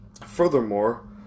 Furthermore